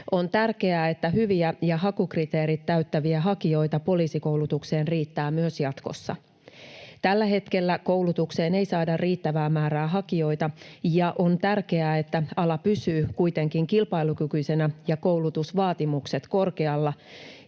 On tärkeää, että hyviä ja hakukriteerit täyttäviä hakijoita poliisikoulutukseen riittää myös jatkossa. Tällä hetkellä koulutukseen ei saada riittävää määrää hakijoita, ja on tärkeää, että ala pysyy kuitenkin kilpailukykyisenä ja koulutusvaatimukset korkealla,